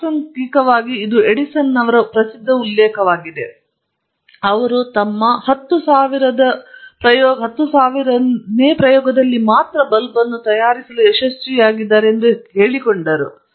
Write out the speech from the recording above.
ಪ್ರಾಸಂಗಿಕವಾಗಿ ಇದು ಎಡಿಸನ್ನ ಪ್ರಸಿದ್ಧ ಉಲ್ಲೇಖವಾಗಿದೆ ಅಂದರೆ ಅವರು ತಮ್ಮ 10000 ನೇ ಪ್ರಯೋಗದಲ್ಲಿ ಮಾತ್ರ ಬಲ್ಬ್ ಅನ್ನು ತಯಾರಿಸಲು ಅವರು ಯಶಸ್ವಿಯಾಗಿದ್ದಾರೆ ಎಂದು ಅವರು ಕೇಳಿಕೊಂಡರು